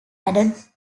added